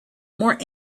more